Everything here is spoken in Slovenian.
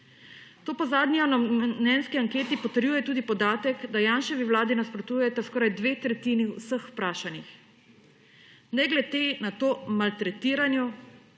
To po zadnji javno mnenjski anketi potrjuje tudi podatek, da Janševi vladi nasprotujeta skoraj dve tretjini vseh vprašanih. Ne glede na to maltretiranju